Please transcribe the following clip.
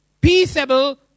peaceable